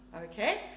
okay